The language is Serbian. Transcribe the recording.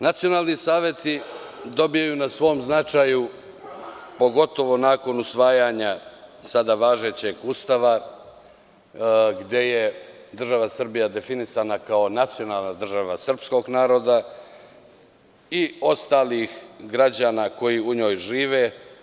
Nacionalni saveti dobijaju na svom značaju nakon usvajanja sada važećeg Ustava gde je država Srbija definisana kao nacionalna država srpskog naroda i ostalih građana koji u njoj žive.